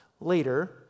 Later